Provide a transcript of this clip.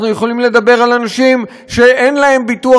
אנחנו יכולים לדבר על אנשים שאין להם ביטוח